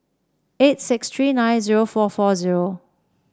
eight six three nine zero four four zero